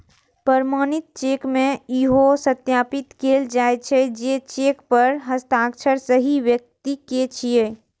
प्रमाणित चेक मे इहो सत्यापित कैल जाइ छै, जे चेक पर हस्ताक्षर सही व्यक्ति के छियै